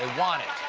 ah want it.